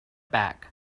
back